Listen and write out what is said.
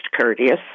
courteous